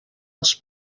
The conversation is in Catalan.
els